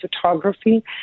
photography